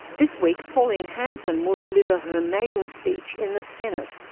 this week pauline hanson will deliver her maiden speech in the senate.